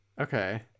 Okay